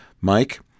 Mike